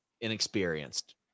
inexperienced